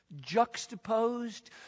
juxtaposed